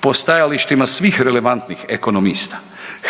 Po stajalištima svih relevantnih ekonomista